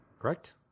Correct